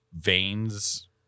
veins